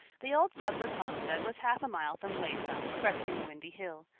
the old douglas homestead was half a mile from wayside cresting a windy hill.